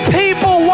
people